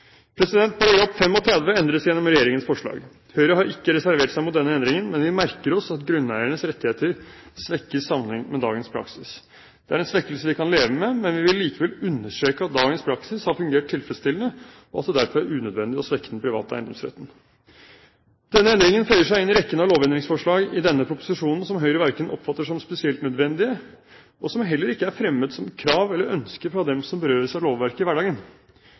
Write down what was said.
endres gjennom regjeringens forslag. Høyre har ikke reservert seg mot denne endringen, men vi merker oss at grunneiernes rettigheter svekkes sammenlignet med dagens praksis. Det er en svekkelse vi kan leve med, men vi vil likevel understreke at dagens praksis har fungert tilfredsstillende, og at det derfor er unødvendig å svekke den private eiendomsretten. Denne endringen føyer seg inn i rekken av lovendingsforslag i denne proposisjonen som Høyre ikke oppfatter som spesielt nødvendige, og som heller ikke er fremmet som krav eller ønsker fra dem som berøres av lovverket i hverdagen.